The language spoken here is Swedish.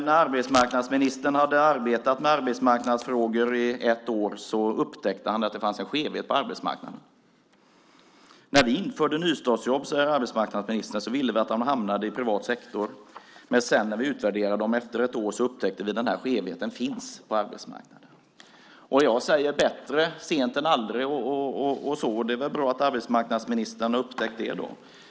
När arbetsmarknadsministern hade arbetat med arbetsmarknadsfrågor i ett år upptäckte han att det fanns en skevhet på arbetsmarknaden. När vi införde nystartsjobben, säger arbetsmarknadsministern, ville vi att de skulle hamna i privat sektor, men när vi utvärderade dem efter ett år upptäckte vi att den här skevheten finns på arbetsmarknaden. Och jag säger: Bättre sent än aldrig. Det är väl bra att arbetsmarknadsministern har upptäckt det.